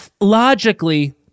logically